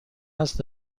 هست